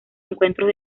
encuentros